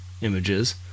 images